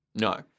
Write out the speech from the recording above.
No